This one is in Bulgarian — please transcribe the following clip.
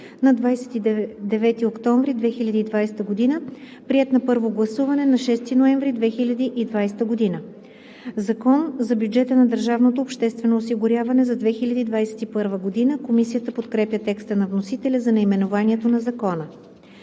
на 29 октомври 2020 г., приет на първо гласуване на 6 ноември 2020 г. „Закон за бюджета на държавното обществено осигуряване за 2021 г.“ Комисията подкрепя текста на вносителя за наименованието на Закона.